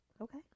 Okay